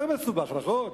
יותר מסובך, נכון?